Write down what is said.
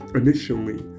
initially